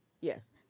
Yes